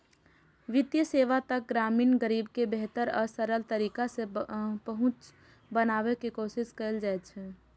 वित्तीय सेवा तक ग्रामीण गरीब के बेहतर आ सरल तरीका सं पहुंच बनाबै के कोशिश कैल जाइ छै